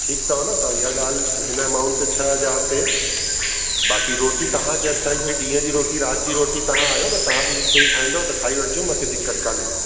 ठीकु अथव न इहा ॻाल्हि हिन अमाउंट ते छह हज़ार ते बाक़ी रोटी तव्हांजे हथा ई भाई ॾींहं जी रोटी राति जी रोटी तव्हां आहियो त तव्हां बि हिते ई ठाहींदव त खाई वठिजो मांखे दिक़त काने